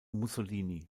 mussolini